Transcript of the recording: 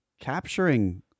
capturing